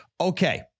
Okay